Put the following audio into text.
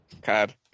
God